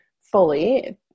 fully